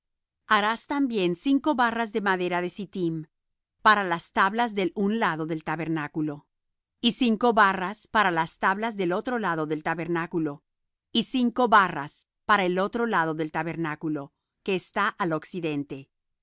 harás también cinco barras de madera de sittim para las tablas del un lado del tabernáculo y cinco barras para las tablas del otro lado del tabernáculo y cinco barras para el otro lado del tabernáculo que está al occidente